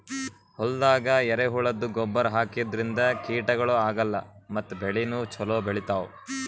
ಹೊಲ್ದಾಗ ಎರೆಹುಳದ್ದು ಗೊಬ್ಬರ್ ಹಾಕದ್ರಿನ್ದ ಕೀಟಗಳು ಆಗಲ್ಲ ಮತ್ತ್ ಬೆಳಿನೂ ಛಲೋ ಬೆಳಿತಾವ್